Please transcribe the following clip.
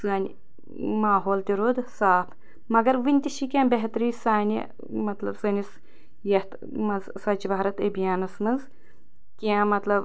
سٲنۍ ماحول تہِ روٗد صاف مگر وُنہِ تہِ چھِ کیٚنٛہہ بہتری سانہِ مطلب سٲنِس یتھ مَنٛز سُۄچھ بھارت ابھیانَس مَنٛز کیٚنٛہہ مطلب